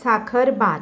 साखरभात